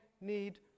need